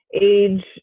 age